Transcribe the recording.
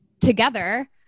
together